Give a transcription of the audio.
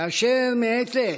כאשר מעת לעת,